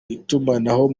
itumanaho